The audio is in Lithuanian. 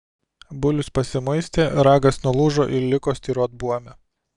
bulius pasimuistė ragas nulūžo ir liko styrot buome